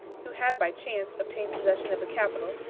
who had by chance obtained possession of the capital,